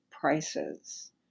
prices